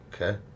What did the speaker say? Okay